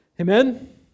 Amen